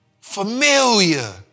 Familiar